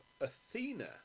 Athena